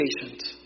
patient